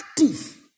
active